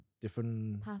different